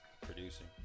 producing